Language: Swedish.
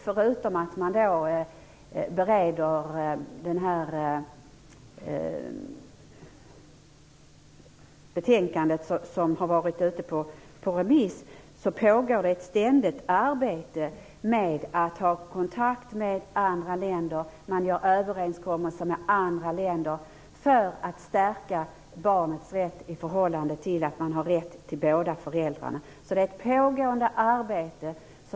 Förutom att man bereder det här betänkandet, som har varit ute på remiss, pågår det naturligtvis ett ständigt arbete med att ha kontakter med andra länder. Man gör överenskommelser med andra länder för att stärka barnets rätt till båda föräldrarna. Det här är alltså ett pågående arbete.